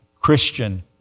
Christian